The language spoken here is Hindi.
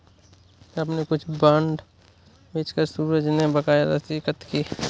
अपने कुछ बांड बेचकर सूरज ने बकाया राशि एकत्र की